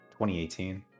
2018